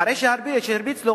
אחרי שהרביץ לו,